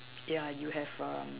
ya you have err